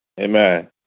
Amen